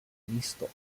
místo